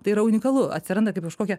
tai yra unikalu atsiranda kaip kažkokia